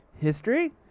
history